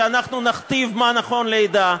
שאנחנו נכתיב מה נכון לעדה,